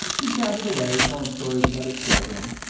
he chattered away, telling stories about his children.